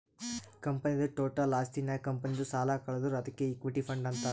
ಕಂಪನಿದು ಟೋಟಲ್ ಆಸ್ತಿ ನಾಗ್ ಕಂಪನಿದು ಸಾಲ ಕಳದುರ್ ಅದ್ಕೆ ಇಕ್ವಿಟಿ ಫಂಡ್ ಅಂತಾರ್